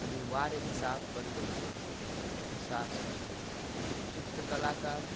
अनिवार्य हिसाब बन गई है बन गई है चित्रकला का